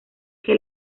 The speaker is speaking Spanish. que